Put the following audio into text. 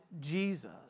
Jesus